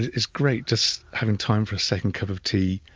it's great just having time for a second cup of tea,